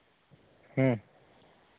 ᱦᱮᱸ